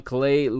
Clay